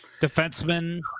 Defenseman